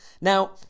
Now